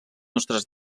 nostres